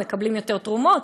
הם מקבלים יותר תרומות,